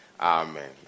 Amen